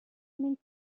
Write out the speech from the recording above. menys